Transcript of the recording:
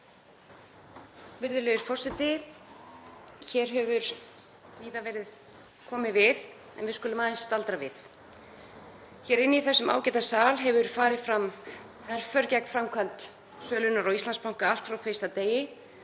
Virðulegi forseti. Hér hefur víða verið komið við en við skulum aðeins staldra við. Hér í þessum ágæta sal hefur farið fram herför gegn framkvæmd sölunnar á Íslandsbanka, allt frá fyrsta degi